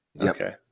Okay